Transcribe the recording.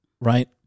right